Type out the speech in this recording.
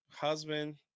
husband